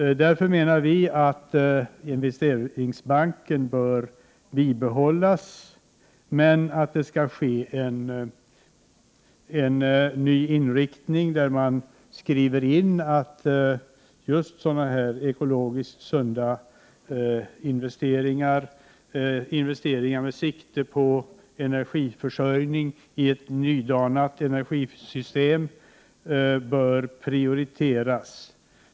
Därför menar vi att Investeringsbanken bör bibehållas men att det skall ske en ny inriktning där man skriver in att just sådana här ekologiskt sunda investeringar med sikte på energiförsörjning i ett nydanat energisystem bör prioriteras.